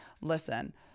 listen